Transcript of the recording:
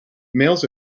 males